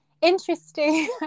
interesting